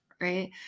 right